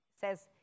says